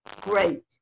great